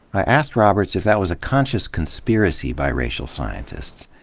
i asked roberts if that was a conscious conspiracy by racial scientists.